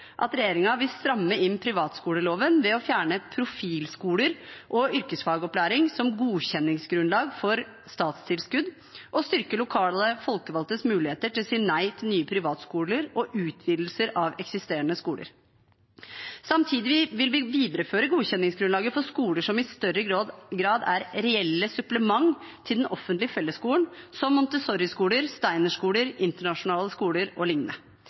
at regjeringen vil stramme inn privatskoleloven ved å fjerne profilskoler og yrkesfagopplæring som godkjenningsgrunnlag for statstilskudd, og styrke lokale folkevalgtes muligheter til å si nei til nye privatskoler og utvidelser av eksisterende skoler. Samtidig vil vi videreføre godkjenningsgrunnlaget for skoler som i større grad er reelle supplement til den offentlige fellesskolen, som montessoriskoler, steinerskoler, internasjonale skoler